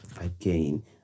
again